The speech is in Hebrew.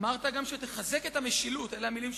אמרת גם שתחזק את המשילות, אלה המלים שלך,